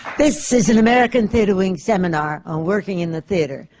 this is an american theatre wing seminar on working in the theatre,